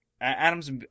Adam's